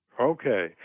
Okay